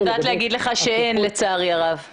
אני יודעת לומר לך שלצערי הרב אין.